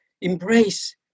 embrace